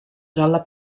gialla